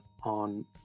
on